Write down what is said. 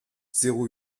zéro